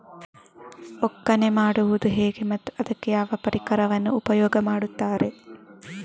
ಒಕ್ಕಣೆ ಮಾಡುವುದು ಹೇಗೆ ಮತ್ತು ಅದಕ್ಕೆ ಯಾವ ಪರಿಕರವನ್ನು ಉಪಯೋಗ ಮಾಡುತ್ತಾರೆ?